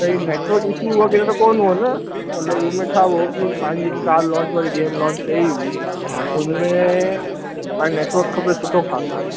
त ही network issue वग़ैरह त कोन्ह हुओ न मतिलब हुनमें छा हो की पंहिंजी जेकी कार लॉंच वारी गेम लॉंच कई हुई हुनमें पाण खे नेटवर्क खपे सुठो ख़ासो